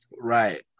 Right